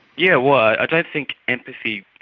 yeah, well, i don't think empathy